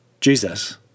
Jesus